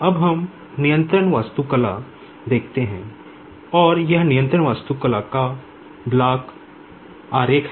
अब हम नियंत्रण वास्तुकला का ब्लॉक आरेख है